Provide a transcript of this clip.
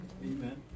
Amen